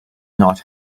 not